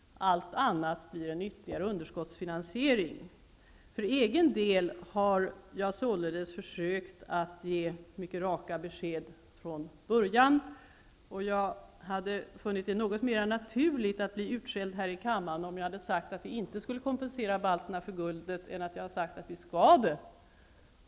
Allt annat blir en ytterligare underskottsfinansiering. För egen del har jag således försökt ge mycket raka besked från början. Jag hade funnit det något mer naturligt att bli utskälld här i kammaren om jag hade sagt att vi inte skulle kompensera balterna för guldet än när jag har sagt att vi skall göra det.